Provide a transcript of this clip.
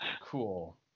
Cool